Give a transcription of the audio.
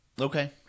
Okay